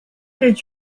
did